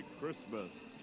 Christmas